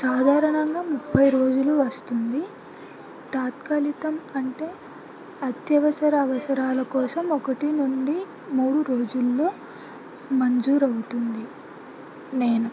సాధారణంగా ముప్పై రోజులు వస్తుంది తాత్కాలికం అంటే అత్యవసర అవసరాల కోసం ఒకటి నుండి మూడు రోజుల్లో మంజూరు అవుతుంది నేను